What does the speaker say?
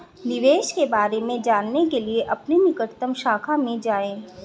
निवेश के बारे में जानने के लिए अपनी निकटतम शाखा में जाएं